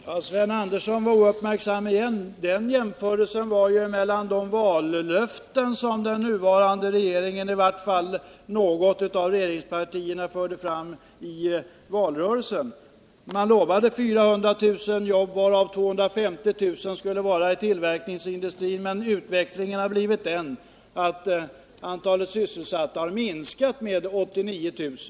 Herr talman! Sven Andersson var ouppmärksam igen. Jämförelsen gällde de löften som i vart fall ett av regeringspartierna förde fram i valrörelsen. Man lovade 400 000 nya jobb, varav 250 000 skulle vara i tillverkningsindustrin, men utvecklingen har blivit den att antalet sysselsatta har minskat med 89 000.